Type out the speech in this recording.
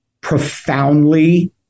profoundly